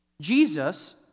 Jesus